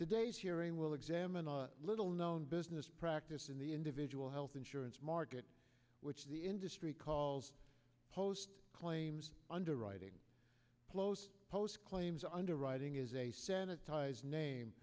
today's hearing will examine a little known business practice in the individual health insurance market which the industry calls post claims underwriting close post claims underwriting is a sanitized name